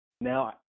now